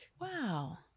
Wow